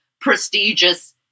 prestigious